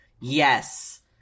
yes